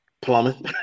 plumbing